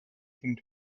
seemed